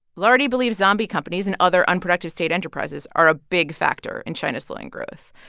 lardy believes zombie companies and other unproductive state enterprises are a big factor in china's slowing growth.